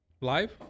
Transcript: Live